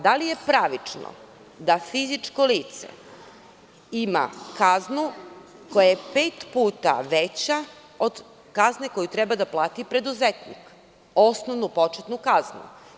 Da li je pravično da fizičko lice ima kaznu koja je pet puta veća od kazne koju treba da plati preduzetnik, osnovnu početnu kaznu?